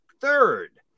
third